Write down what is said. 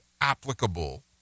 applicable